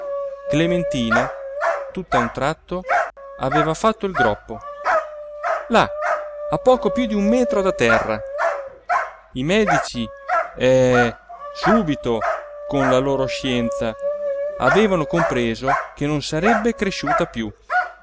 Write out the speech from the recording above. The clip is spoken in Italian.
qua clementina tutt'a un tratto aveva fatto il groppo là a poco piú d'un metro da terra i medici eh subito con la loro scienza avevano compreso che non sarebbe cresciuta piú